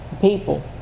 people